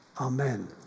amen